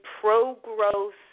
pro-growth